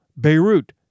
Beirut